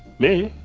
me?